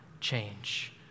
change